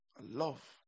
love